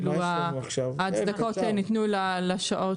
ההצדקות ניתנו לשעות